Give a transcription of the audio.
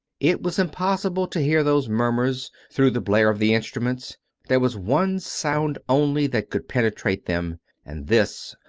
it was impossible to hear those murmurs, through the blare of the instruments there was one sound only that could penetrate them and this,